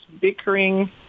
bickering